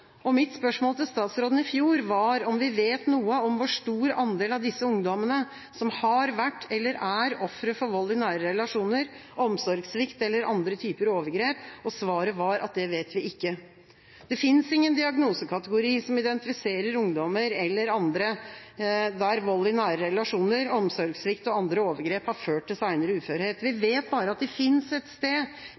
Mitt spørsmål til statsråden i fjor var om vi vet noe om hvor stor andel av disse ungdommene som har vært, eller er, ofre for vold i nære relasjoner, omsorgssvikt eller andre typer overgrep. Svaret var at det vet vi ikke. Det finnes ingen diagnosekategori som identifiserer ungdommer eller andre der vold i nære relasjoner, omsorgssvikt og andre overgrep har ført til senere uførhet. Vi vet bare at de finnes et sted